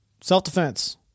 Self-defense